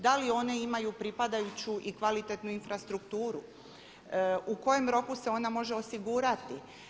Da li one imaju pripadajuću i kvalitetnu infrastrukturu, u kojem roku se ona može osigurati.